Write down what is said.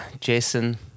jason